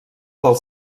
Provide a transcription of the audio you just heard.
del